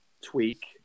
tweak